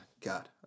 God